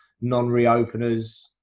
non-reopeners